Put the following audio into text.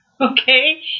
Okay